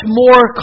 more